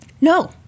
No